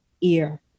ear